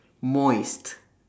moist